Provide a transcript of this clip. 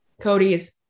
Cody's